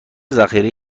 ذخیره